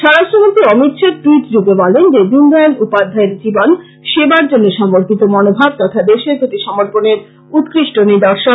স্বরাষ্ট্র মন্ত্রী অমিত শাহ ট্যুইট যোগে বলেন যে দীনদয়াল উপাধ্যায়ের জীবন সেবার জন্য সমর্পিত মনোভাব তথা দেশের প্রতি সমর্পনের উৎকৃষ্ট নিদর্শন